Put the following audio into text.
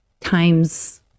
times